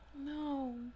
No